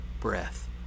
breath